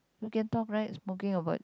you can talk right smoking or what